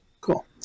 Cool